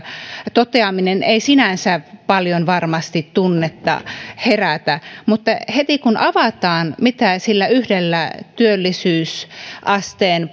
toteaminen ei sinänsä varmasti paljon tunnetta herätä mutta heti kun avataan mitä sillä työllisyysasteen